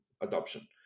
adoption